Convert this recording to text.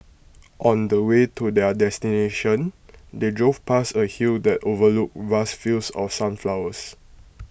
on the way to their destination they drove past A hill that overlooked vast fields of sunflowers